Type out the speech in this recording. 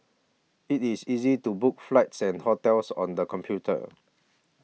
it is easy to book flights and hotels on the computer